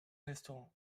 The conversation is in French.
restaurant